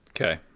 Okay